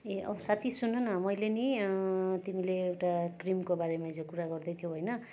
ए औ साथी सुन न मैले नि तिमीले एउटा क्रिमको बारेमा हिजो कुरा गर्दै थियौ होइन